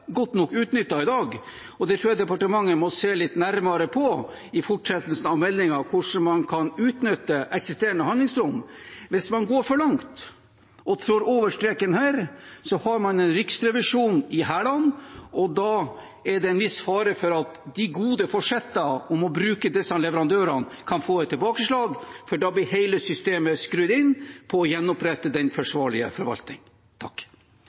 godt nok utnyttet i dag – og jeg tror departementet må se litt nærmere på, i fortsettelsen av meldingen, hvordan man kan utnytte eksisterende handlingsrom – hvis man går for langt og trår over streken, får man Riksrevisjonen i hælene, og da er det en viss fare for at de gode forsettene om å bruke disse leverandørene kan få et tilbakeslag, for da blir hele systemet skrudd inn på å gjenopprette den